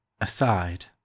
Aside